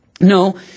No